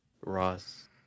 Ross